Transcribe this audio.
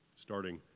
starting